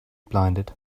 blinded